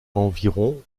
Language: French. environ